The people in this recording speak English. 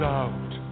out